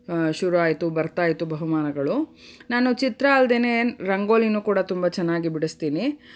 ಶುರು ಆಯಿತು ಬರ್ತಾ ಇತ್ತು ಬಹುಮಾನಗಳು ನಾನು ಚಿತ್ರ ಅಲ್ದೆ ರಂಗೋಲಿನೂ ಕೂಡ ತುಂಬ ಚೆನ್ನಾಗಿ ಬಿಡಿಸ್ತೀನಿ